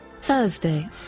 Thursday